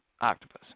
Octopus